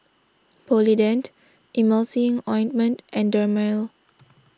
Polident Emulsying Ointment and Dermale